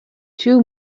two